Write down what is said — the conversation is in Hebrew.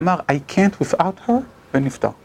אמר, I can't without her. ונפטר.